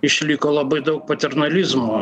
išliko labai daug paternalizmo